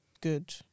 good